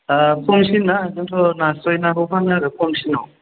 खमसिना जोंथ' नास्राय नाखौ फानो आरो खमसिनाव